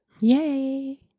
Yay